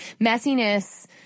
messiness